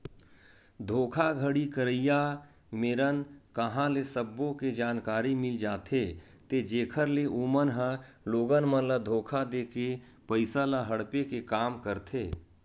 धोखाघड़ी करइया मेरन कांहा ले सब्बो के जानकारी मिल जाथे ते जेखर ले ओमन ह लोगन मन ल धोखा देके पइसा ल हड़पे के काम करथे